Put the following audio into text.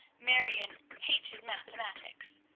marion hated mathematics.